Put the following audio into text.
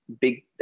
big